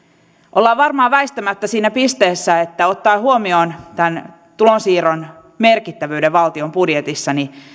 ollaan varmaan väistämättä siinä pisteessä että ottaen huomioon tämän tulonsiirron merkittävyyden valtion budjetissa